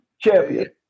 champion